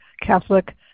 Catholic